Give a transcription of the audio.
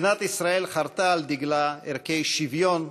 מדינת ישראל חרתה על דגלה ערכי שוויון,